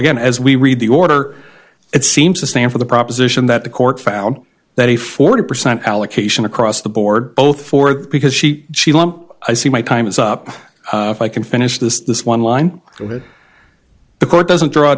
again as we read the order it seems to stand for the proposition that the court found that a forty percent allocation across the board both for that because she she lump i see my time is up if i can finish this this one line so that the court doesn't draw